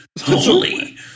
Holy